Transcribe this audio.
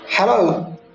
Hello